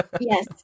Yes